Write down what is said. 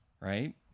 right